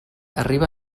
arriba